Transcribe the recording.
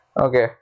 Okay